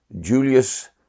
Julius